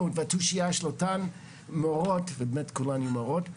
והתושייה של אותן מורות ובאמת כולן היו מורות,